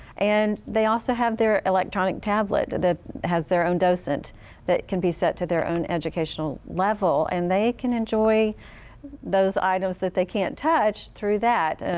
and they also have their electronic tablet that has their own docent that can be set to their own educational level. and they can enjoy those items that they can't touch through that,